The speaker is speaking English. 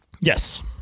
yes